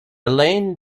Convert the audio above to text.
alain